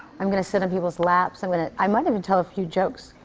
i'm gonna sit on people's laps, i'm gonna i might even tell a few jokes.